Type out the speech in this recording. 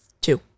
two